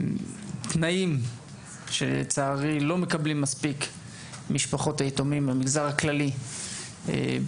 תנאים שלצערי לא מקבלים מספיק משפחות היתומים במגזר הכללי בישראל,